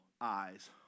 eyes